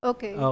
Okay